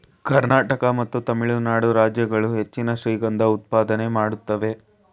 ಕರ್ನಾಟಕ ಮತ್ತು ತಮಿಳುನಾಡು ರಾಜ್ಯಗಳು ಹೆಚ್ಚಿನ ಶ್ರೀಗಂಧ ಉತ್ಪಾದನೆ ಮಾಡುತ್ತೇವೆ